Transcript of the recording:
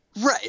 Right